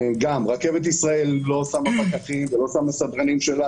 רכבת ישראל לא שמה פקחים ולא שמה סדרנים שלה